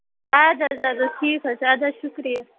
اَدٕ حظ اَدٕ حظ ٹھیٖک حظ اَدٕ حظ چھُ شُکرِیہ